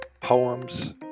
poems